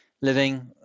living